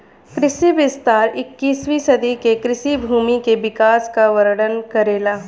कृषि विस्तार इक्कीसवीं सदी के कृषि भूमि के विकास क वर्णन करेला